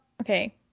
Okay